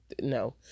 no